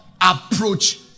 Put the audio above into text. approach